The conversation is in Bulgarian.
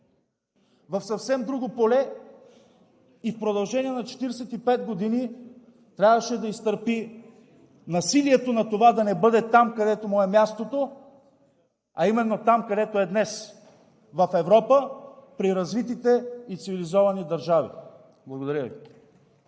в съвсем друго поле и в продължение на 45 години трябваше да изтърпи насилието над това да не бъде там, където му е мястото, а именно там, където е днес – в Европа, при развитите и цивилизовани държави! Благодаря Ви.